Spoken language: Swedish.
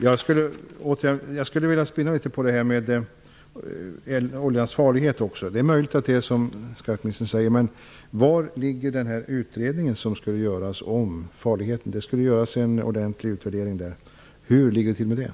Jag skulle vilja spinna litet vidare på frågan om oljans farlighet. Det är möjligt att det är som skatteministern säger. Men var finns den utredning som skulle göras om farligheten? Det skulle göras en ordentlig utvärdering. Hur ligger det till med den?